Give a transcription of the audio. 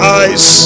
eyes